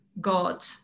God